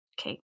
Okay